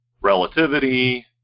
relativity